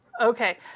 Okay